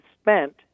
spent